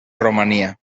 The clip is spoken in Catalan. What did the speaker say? romania